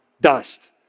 dust